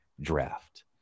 draft